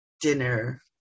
Dinner